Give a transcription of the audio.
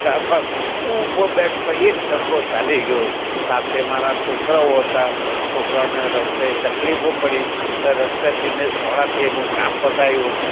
ઊભો બેઠો એકસરખો ચાલી ગયો સાથે મારા છોકરાઓ હતા છોકરાઓને રસ્તે તકલીફો પડી રસ્તેથી મેં સોડાથી એનું કામ પતાવ્યું